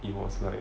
it was like